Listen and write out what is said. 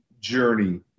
journey